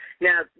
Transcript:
Now